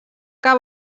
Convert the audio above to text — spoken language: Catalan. que